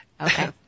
Okay